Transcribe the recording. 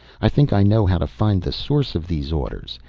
i think i know how to find the source of these orders.